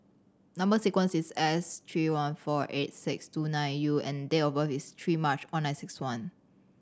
number sequence is S three one four eight six two nine U and date of birth is three March one nine six one